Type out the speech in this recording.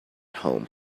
home